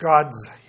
God's